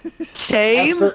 Shame